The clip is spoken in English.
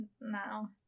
now